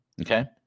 Okay